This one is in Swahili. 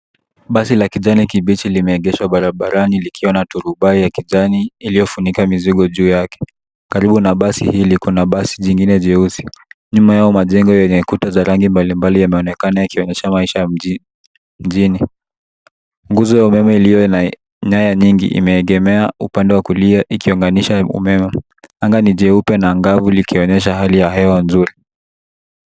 Basi la kijani kibichi limeegeshwa barabarani likiwa na turubai ya kijani iliyofunika mizigo juu yake. Karibu na basi hili kuna basi jingine jeusi. Nyuma ya hao majengo yenye kuta za rangi mbali mbali yameonekana yakionyesha maisha ya mjini. Nguzo ya umeme iliyo na nyaya nyingi imeegemea upande wa kulia ikiunganisha umeme. Anga ni jeupe na angavu likionyesha hali ya hewa nzuri.